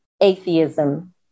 atheism